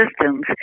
systems